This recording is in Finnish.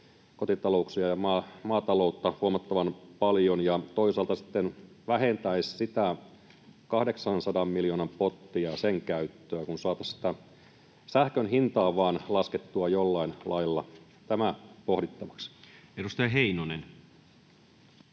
kotitalouksia ja maataloutta huomattavan paljon ja toisaalta sitten vähentäisi sitä 800 miljoonan pottia, sen käyttöä, kun saataisiin sähkön hintaa vain laskettua jollain lailla. Tämä pohdittavaksi. [Speech